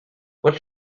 what